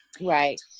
Right